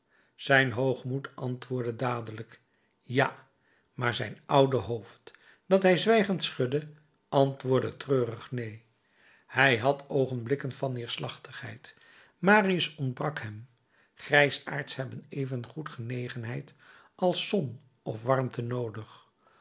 zijn hoogmoed antwoordde dadelijk ja maar zijn oude hoofd dat hij zwijgend schudde antwoordde treurig neen hij had oogenblikken van neerslachtigheid marius ontbrak hem grijsaards hebben evengoed genegenheid als zon of warmte noodig